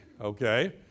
Okay